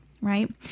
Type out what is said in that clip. right